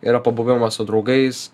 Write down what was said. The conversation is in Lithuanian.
yra pabuvimas su draugais